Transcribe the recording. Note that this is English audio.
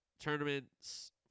tournaments